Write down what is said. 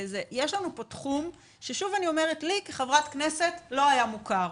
יש לנו פה תחום שלי כחברת כנסת לא היה מוכר,